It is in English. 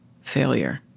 failure